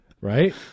right